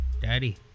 daddy